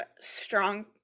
strong